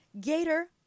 Gator